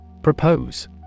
Propose